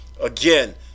again